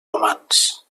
romans